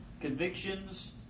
Convictions